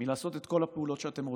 מלעשות את כל הפעולות שאתם רוצים.